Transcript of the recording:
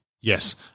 Yes